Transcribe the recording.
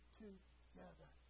together